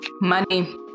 Money